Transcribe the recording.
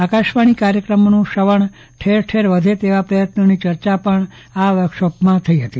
આકાશવાણી કાર્યક્રમોનું શ્રવણ ઠેરઠેર વધે તેવા પ્રયત્નોની ચર્ચા પણ આ વર્કશોપમાં થઇ હતી